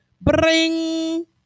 Bring